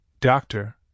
doctor